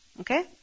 Okay